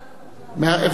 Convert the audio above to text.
והוא יהיה פטור.